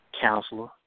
counselor